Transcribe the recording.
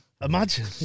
Imagine